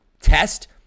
test